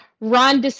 Ron